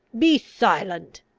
be silent!